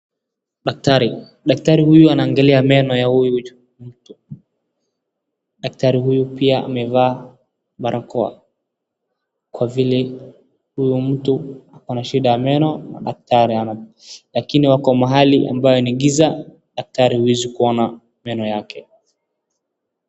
Daktari huyuanaangalia meno ya huyu mtu, daktari huyu pia amevaa barakoa kwa vile huyu mtu ako na shida ya meno na daktari lakini wako mahali ni giza daktari huwezi kuona meno yake.